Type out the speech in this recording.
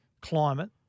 climate